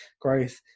growth